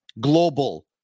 Global